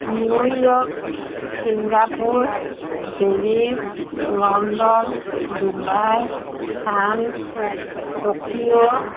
New York Singapore Paris London Dubai France Tokyo